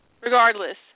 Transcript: Regardless